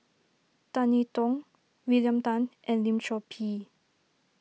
Tan I Tong William Tan and Lim Chor Pee